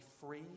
free